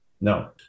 No